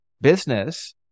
business